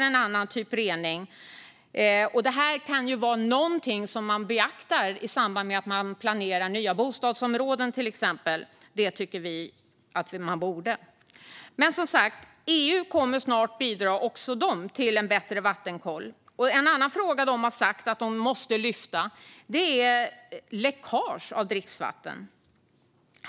Detta skulle man kunna beakta i samband med att man till exempel planerar nya bostadsområden. Det tycker vi att man borde göra. Som sagt kommer EU snart att bidra till en bättre vattenkoll. En annan fråga som man har sagt att man kommer att ta upp är läckage av dricksvatten.